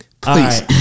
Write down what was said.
Please